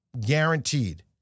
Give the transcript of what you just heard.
Guaranteed